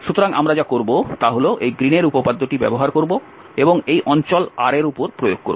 সুতরাং আমরা যা করব তা হল এই গ্রীনের উপপাদ্যটি ব্যবহার করব এবং এই অঞ্চল R এ প্রয়োগ করবে